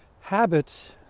habits